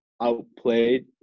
outplayed